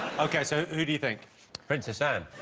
okay, so who do you think princess anne